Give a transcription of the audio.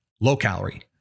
low-calorie